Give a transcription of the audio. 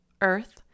earth